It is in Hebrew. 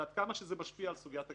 ועד כמה זה משפיע על סוגיית הגירושין.